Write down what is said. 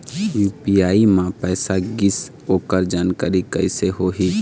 UPI म पैसा गिस ओकर जानकारी कइसे होही?